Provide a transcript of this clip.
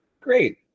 great